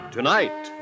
Tonight